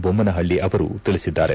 ಬೊಮ್ನನಹಳ್ಳಿ ಅವರು ತಿಳಿಸಿದ್ದಾರೆ